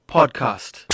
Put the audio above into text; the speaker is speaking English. Podcast